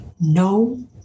no